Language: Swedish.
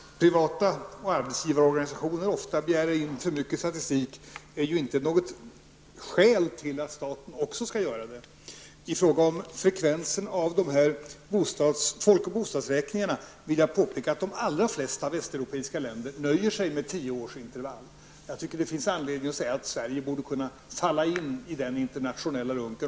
Herr talman! Att privata intressenter och arbetsgivarorganisationer ofta begär in för mycket statistik är inte något skäl för att också staten skall göra det. Beträffande frekvensen av folk och bostadsräkningarna vill jag påpeka att de allra flesta västeuropeiska länder nöjer sig med tioårsintervaller. Jag tycker det finns anledning att säga att Sverige bör kunna falla in i den internationella lunken.